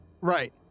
Right